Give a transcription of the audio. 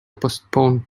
postponed